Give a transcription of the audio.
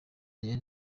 yari